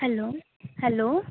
hello hello